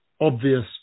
obvious